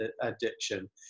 addiction